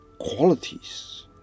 qualities